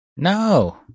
No